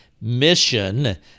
Mission